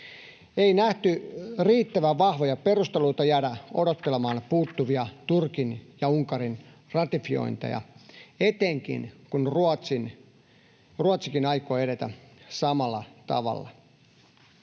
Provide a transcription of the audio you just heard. Ei nähty riittävän vahvoja perusteluita jäädä odottelemaan puuttuvia Turkin ja Unkarin ratifiointeja, etenkin kun Ruotsikin aikoo edetä samalla tavalla.